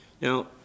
now